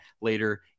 later